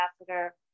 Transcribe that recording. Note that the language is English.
ambassador